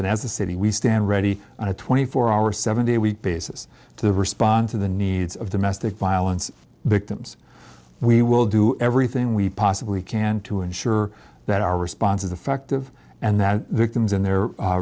and as a city we stand ready on a twenty four hour seven day week basis to respond to the needs of domestic violence victims we will do everything we possibly can to ensure that our response is affective and that victims and the